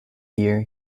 year